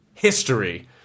history